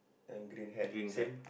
and green hat same